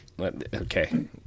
okay